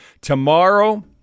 tomorrow